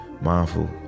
Mindful